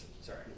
sorry